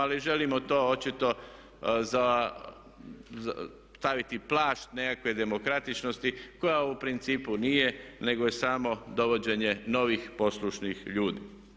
Ali želimo to očito staviti plašt nekakve demokratičnosti koja u principu nije nego je samo dovođenje novih poslušnih ljudi.